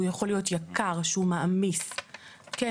שהוא יכול להיות יקר, שהוא מעמיס, כן.